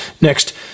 Next